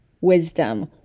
wisdom